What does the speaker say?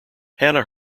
hannah